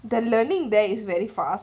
the learning there is very fast